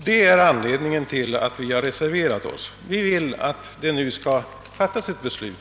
Detta är anledningen till att vi reserverat oss — vi vill alltså att det nu skall fattas ett beslut.